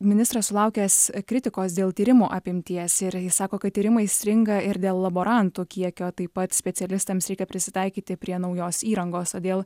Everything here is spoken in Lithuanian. ministras sulaukęs kritikos dėl tyrimų apimties ir jis sako kad tyrimai stringa ir dėl laborantų kiekio taip pat specialistams reikia prisitaikyti prie naujos įrangos todėl